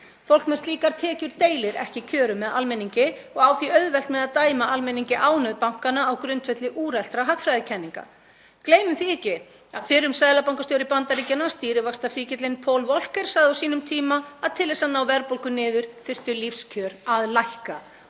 Fólk með slíkar tekjur deilir ekki kjörum með almenningi og á því auðvelt með að dæma almenning í ánauð bankanna á grundvelli úreltra hagfræðikenninga. Gleymum því ekki að fyrrum seðlabankastjóri Bandaríkjanna, stýrivaxtafíkillinn Paul Walker, sagði á sínum tíma að til þess að ná verðbólgu niður þyrftu lífskjör að lækka